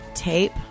tape